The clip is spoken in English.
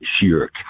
sheer